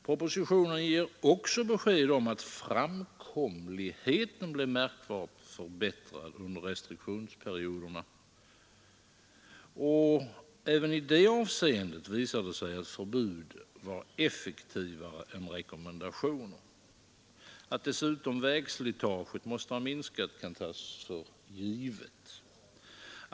Propositionen ger också besked om att framkomligheten blev märkbart förbättrad under restriktionsperioderna, och även i det avseendet visar det sig att förbud var effektivare än rekommendationer. Att dessutom vägslitaget måste ha minskat kan tas för givet.